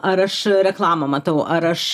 ar aš reklamą matau ar aš